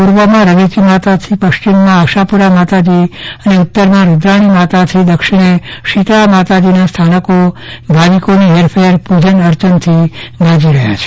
પૂર્વમાં રવેચી માતાજી પશ્ચિમમાં આશાપુરા માતાજીઅને ઉત્તરમાં રૂદ્રાણી માતાજી દક્ષિણે શિતળા માતાજીના સ્થાનકો ભાવિકોની હેરફેર પૂજન અર્ચનથી ગાજી રહ્યા છે